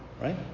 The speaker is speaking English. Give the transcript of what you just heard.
right